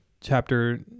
chapter